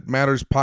Matters